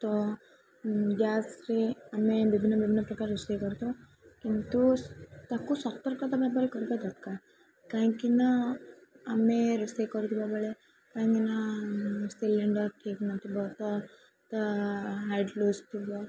ତ ଗ୍ୟାସ୍ରେ ଆମେ ବିଭିନ୍ନ ବିଭିନ୍ନ ପ୍ରକାର ରୋଷେଇ କରିଥାଉ କିନ୍ତୁ ତାକୁ ସତର୍କତା ଭାବରେ କରିବା ଦରକାର କାହିଁକିନା ଆମେ ରୋଷେଇ କରୁଥିବା ବେଳେ କାହିଁକିନା ସିଲିଣ୍ଡର ଠିକ ନଥିବ ତ ତା ହାଇଟ ଲୁଜ ଥିବ